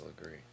agree